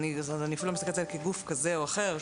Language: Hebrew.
אני אפילו לא מסתכלת על זה כגוף כזה או אחר,